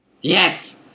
Yes